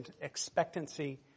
expectancy